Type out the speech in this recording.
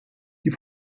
die